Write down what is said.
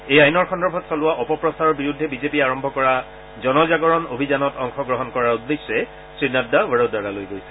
এই আইনৰ সন্দৰ্ভত চলোৱা অপপ্ৰচাৰৰ বিৰুদ্ধে বিজেপিয়ে আৰম্ভ কৰা জনজাগৰণ অভিযানত অংশগ্ৰহণ কৰাৰ উদ্দেশ্যে শ্ৰীনাড্ডা বড়োদৰালৈ গৈছিল